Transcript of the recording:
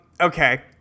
Okay